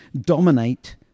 dominate